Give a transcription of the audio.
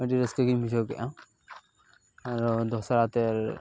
ᱟᱹᱰᱤ ᱨᱟᱹᱥᱠᱟᱹ ᱜᱤᱧ ᱵᱩᱡᱷᱟᱹᱣ ᱠᱮᱫᱼᱟ ᱟᱨᱚ ᱫᱚᱥᱨᱟ ᱛᱮ